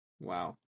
Wow